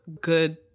good